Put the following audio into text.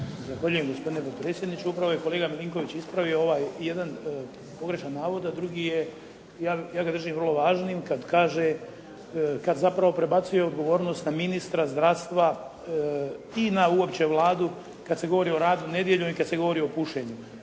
Zahvaljujem gospodine potpredsjedniče, upravo je kolega Milinković ispravio jedan pogrešan navod, a drugi je, ja ga držim vrlo važnim kada kaže, kada zapravo prebacuje odgovornost na ministra zdravstva i na uopće Vladu kada se govori o radu nedjeljom i kada se govori o pušenju.